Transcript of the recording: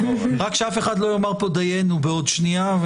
רק שאף אחד לא יאמר פה דיינו בעוד שנייה.